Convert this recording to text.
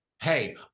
hey